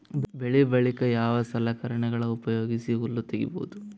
ಬೆಳಿ ಬಳಿಕ ಯಾವ ಸಲಕರಣೆಗಳ ಉಪಯೋಗಿಸಿ ಹುಲ್ಲ ತಗಿಬಹುದು?